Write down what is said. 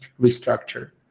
restructure